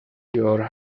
your